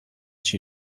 she